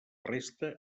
resta